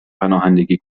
پناهندگی